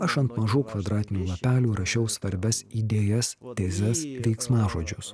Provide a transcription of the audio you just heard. aš ant mažų kvadratinių lapelių rašiau svarbias idėjas tezes veiksmažodžius